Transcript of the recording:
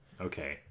Okay